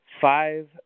five